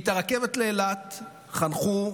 את הרכבת לאילת חנכו,